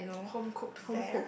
home cook fare